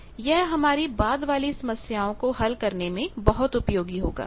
यह हमारी बाद वाली समस्याओं को हल करने में बहुत उपयोगी होगा